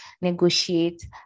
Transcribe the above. negotiate